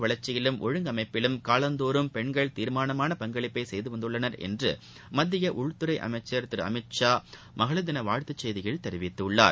வளர்ச்சியிலும் ஒழுங்கமைப்பிலும் காலந்தோறும் பெண்கள் தீர்மானமான சமூக பங்களிப்பைசெய்துவந்துள்ளன் என்றுமத்தியஉள்துறைஅமைச்சள் திருஅமித் ஷா மகளிாதினவாழ்த்துச் செய்தியில் தெரிவித்துள்ளார்